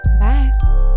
Bye